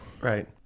Right